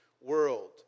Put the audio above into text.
world